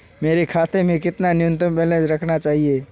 मेरे खाते में कितना न्यूनतम बैलेंस रखा जाना चाहिए?